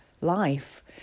life